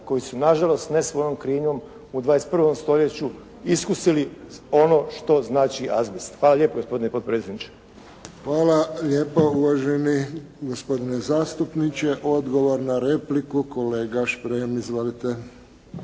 koji su nažalost, ne svojom krivnjom u 21. stoljeću iskusili ono što znači azbest. Hvala lijepo gospodine potpredsjedniče. **Friščić, Josip (HSS)** Hvala lijepo, uvaženi gospodine zastupniče. Odgovor na repliku kolega Šprem, izvolite.